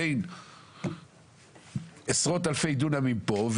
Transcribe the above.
בין עשרות אלפי דונמים פה,